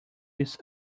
this